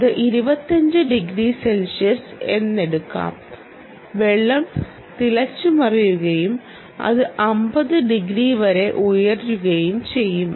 അത് 25 degree Celsius എന്നെടുക്കാം വെള്ളം തിളച്ചുമറിയുകയും അത് 50 ഡിഗ്രി വരെ ഉയരുകയും ചെയ്യും